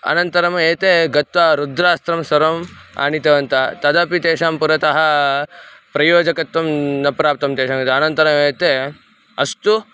अनन्तरम् एते गत्वा रुद्रास्त्रं सर्वम् आनीतवन्तः तदपि तान् पुरतः प्रयोजकत्वं न प्राप्तं तेषां कृते अनन्तरम् एते अस्तु